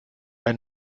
ein